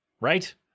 Right